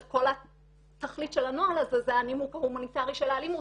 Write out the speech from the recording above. כל התכלית של הנוהל הזה זה הנימוק ההומניטרי של האלימות,